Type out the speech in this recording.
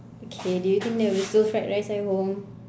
okay do you think there will be still fried rice at home